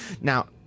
Now